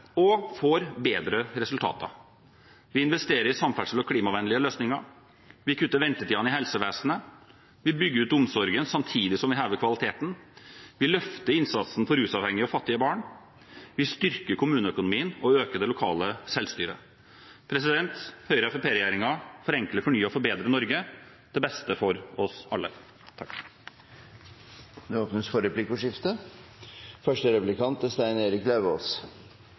og får bedre resultater. Vi investerer i samferdsel og klimavennlige løsninger, vi kutter ventetidene i helsevesenet, vi bygger ut omsorgen samtidig som vi hever kvaliteten, vi løfter innsatsen for rusavhengige og for fattige barn, vi styrker kommuneøkonomien og øker det lokale selvstyret. Høyre–Fremskrittsparti-regjeringen forenkler, fornyer og forbedrer Norge til beste for oss alle. Det blir replikkordskifte. I dette dokumentet vi behandler, sier Høyre mye om at det er